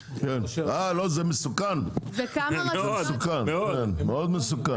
לא, זה מסוכן, מאוד מסוכן.